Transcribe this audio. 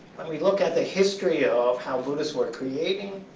when we look at the history of how buddhists were creating